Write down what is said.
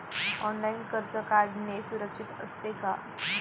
Online कर्ज काढणे सुरक्षित असते का?